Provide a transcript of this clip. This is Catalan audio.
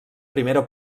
primera